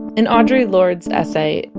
in audre lorde essay,